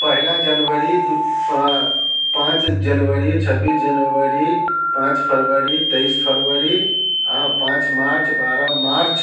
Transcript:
पहली जनवरी दू पाँच जनवरी छब्बीस जनवरी पाँच फरवरी तेईस फरवरी हाँ पाँच मार्च बारह मार्च